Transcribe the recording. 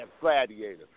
gladiator